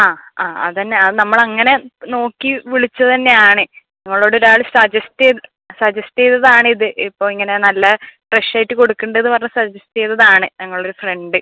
ആ ആ അതന്നെ ആ നമ്മൾ അങ്ങനെ നോക്കി വിളിച്ചത് തന്നെ ആണ് നമ്മളോട് ഒരാൾ സജസ്റ്റ് ചെയ്ത സജസ്റ്റ് ചെയ്തതാണിത് ഇപ്പോൾ ഇങ്ങനെ നല്ല ഫ്രഷായിട്ട് കൊടുക്കുണ്ടൂന്ന് പറഞ്ഞ് സജസ്റ്റ് ചെയ്തതാണ് ഞങ്ങളുടെരു ഫ്രണ്ട്